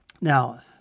Now